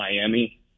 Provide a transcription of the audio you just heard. Miami